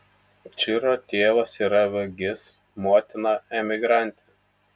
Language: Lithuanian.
čiro tėvas yra vagis motina emigrantė